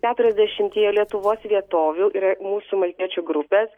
keturiasdešimtyje lietuvos vietovių yra mūsų maltiečių grupės